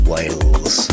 Wales